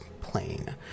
plain